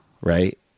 right